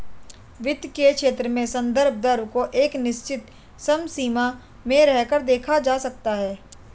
वित्त के क्षेत्र में संदर्भ दर को एक निश्चित समसीमा में रहकर देखा जाता है